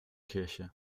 kirche